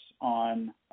on